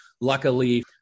luckily